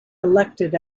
elected